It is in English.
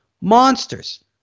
Monsters